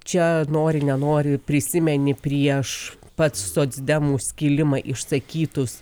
čia nori nenori prisimeni prieš pats socdemų skilimą išsakytus